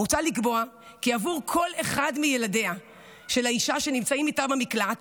מוצע לקבוע כי עבור כל אחד מילדיה של האישה שנמצאים איתה במקלט